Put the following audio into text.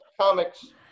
comics